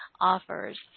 offers